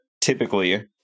typically